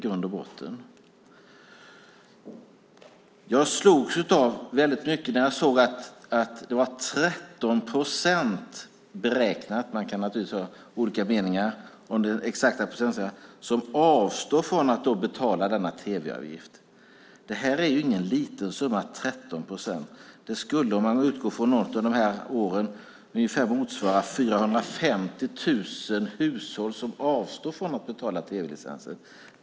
Jag såg att det var 13 procent - man kan naturligtvis ha olika meningar om den exakta procentsiffran - som avstår från att betala tv-avgiften. 13 procent är ingen liten summa. Om man utgår från något av dessa år motsvarar det ungefär 450 000 hushåll som avstår från att betala tv-licenser.